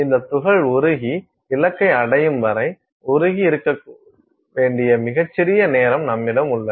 இந்த துகள் உருகி இலக்கை அடையும் வரை உருகி இருக்க வேண்டிய மிகச் சிறிய நேரம் நம்மிடம் உள்ளது